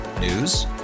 News